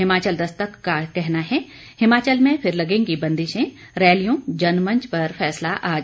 हिमाचल दस्तक का कहना है हिमाचल में फिर लगेंगी बंदिशें रैलियों जनमंच पर फैसला आज